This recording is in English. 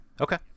Okay